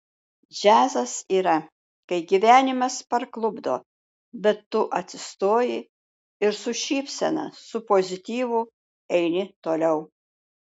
džiazas yra kai gyvenimas parklupdo bet tu atsistoji ir su šypsena su pozityvu eini toliau